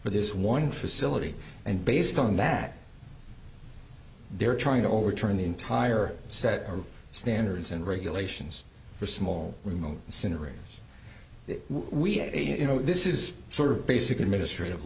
for this one facility and based on that they're trying to overturn the entire set of standards and regulations for small remote scenarios that we ate you know this is sort of basic administrative